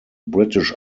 british